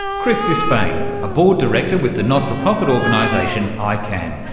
chris disspain, a board director with the not-for-profit organisation icann,